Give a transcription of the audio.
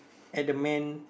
at the main